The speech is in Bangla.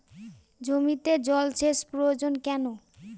জমিতে জল সেচ প্রয়োজন কেন?